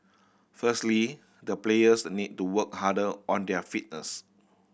firstly the players need to work harder on their fitness